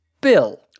Bill